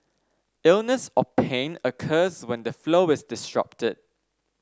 illness or pain occurs when the flow is disrupted